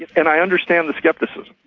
and i understand the scepticism,